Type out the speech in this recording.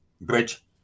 Bridge